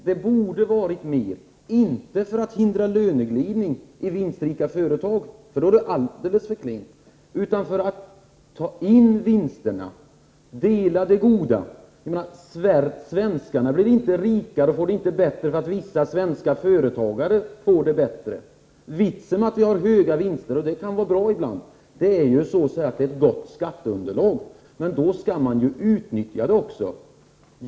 Det borde ha gjorts mera — men inte för att förhindra en löneglidning i vinstrika företag, för det skulle vara alldeles för klent, utan för att ta in vinsterna och dela med sig av det goda. Svenskarna blir ju inte rikare och får det heller inte bättre bara därför att vissa svenska företagare får det bättre. Vitsen med höga vinster — dessa kan ibland faktiskt vara en fördel — är att skatteunderlaget blir gott. Men detta skall också utnyttjas.